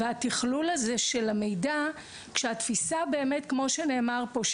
והתכלול הזה של המידע כשהתפיסה באמת כמו שנאמר פה,